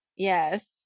Yes